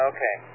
Okay